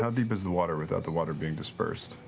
ah deep is the water without the water being dispersed?